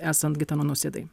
esant gitanui nausėdai